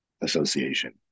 association